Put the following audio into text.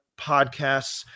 podcasts